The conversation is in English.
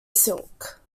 silk